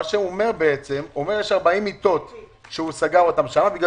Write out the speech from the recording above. הוא אומר בעצם שיש 40 מיטות שנסגרו שם בגלל